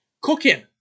cooking